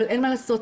אבל אין מה לעשות,